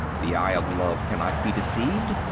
the eye of love cannot be deceived.